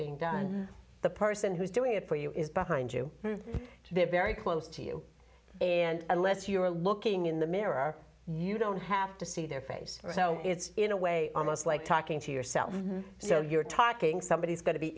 being done the person who's doing it for you is behind you they're very close to you and unless you're looking in the mirror you don't have to see their face so it's in a way almost like talking to yourself so you're talking somebody is going to be